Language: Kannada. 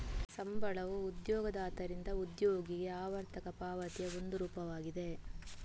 ಸಂಬಳವು ಉದ್ಯೋಗದಾತರಿಂದ ಉದ್ಯೋಗಿಗೆ ಆವರ್ತಕ ಪಾವತಿಯ ಒಂದು ರೂಪವಾಗಿದೆ